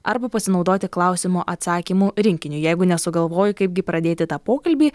arba pasinaudoti klausimų atsakymų rinkiniu jeigu nesugalvoji kaip gi pradėti tą pokalbį